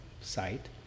site